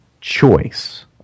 choice